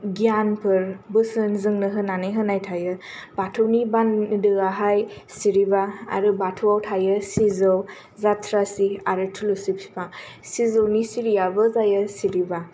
गियानफोर बोसोन जोंनो होनानै जोंनो होनाय थायो बाथौनि बान्दोयाहाय सिरिबा आरो बाथौयाव थायो सिजौ जाथ्रासि आरो थुलसि बिफां सिजौनि सिरियाबो जायो सिरिबा